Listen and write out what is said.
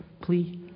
Please